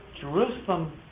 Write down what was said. Jerusalem